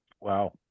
Wow